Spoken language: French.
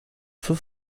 feu